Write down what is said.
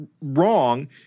wrong